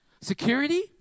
Security